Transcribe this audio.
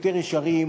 יותר ישרים,